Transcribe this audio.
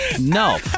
no